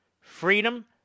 freedom